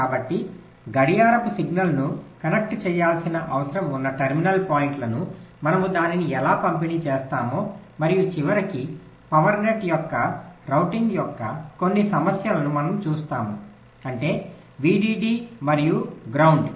కాబట్టి గడియారపు సిగ్నల్ను కనెక్ట్ చేయాల్సిన అవసరం ఉన్న టెర్మినల్ పాయింట్లకు మనము దానిని ఎలా పంపిణీ చేస్తామో మరియు చివరికి పవర్ నెట్ యొక్క రౌటింగ్ యొక్క కొన్ని సమస్యలను మనము చూస్తాము అంటే Vdd మరియు గ్రౌండ్